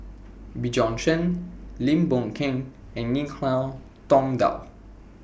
Bjorn Shen Lim Boon Keng and Tong Dow